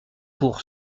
pour